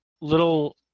little